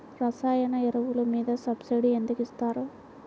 రసాయన ఎరువులు మీద సబ్సిడీ ఎందుకు ఇస్తారు?